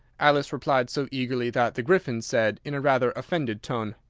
alice replied, so eagerly that the gryphon said, in a rather offended tone,